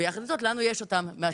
ויחד עם זאת לנו יש אותם מהצבא.